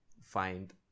find